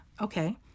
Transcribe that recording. okay